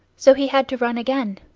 so he had to run again,